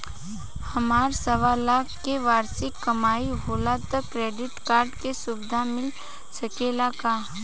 हमार सवालाख के वार्षिक कमाई होला त क्रेडिट कार्ड के सुविधा मिल सकेला का?